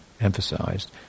emphasized